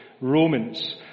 Romans